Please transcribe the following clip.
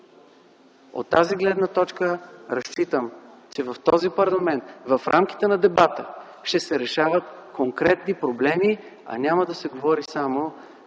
От тази гледна точка разчитам, че в този парламент в рамките на дебата ще се решават конкретни проблеми, а няма да се говори само